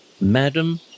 Madam